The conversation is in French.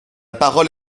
parole